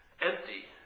empty